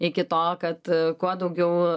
iki to kad kuo daugiau